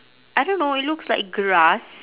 I don't know it looks like grass